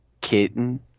kitten